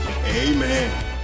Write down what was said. Amen